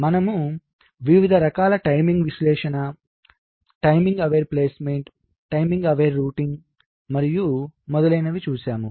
మనము వివిధ రకాల టైమింగ్ విశ్లేషణ timing aware placement timing aware routing మరియు మొదలైనవి చూశాము